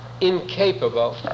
incapable